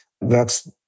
works